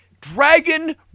Dragon